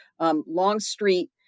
Longstreet